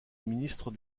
ministre